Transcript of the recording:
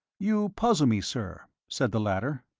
you puzzle me, sir, said the latter.